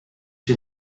you